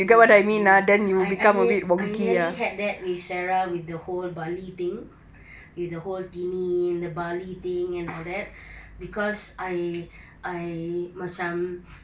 ya ya I I nearly had that with sarah with the whole bali thing with the whole tini and the bali thing and all that cause I I macam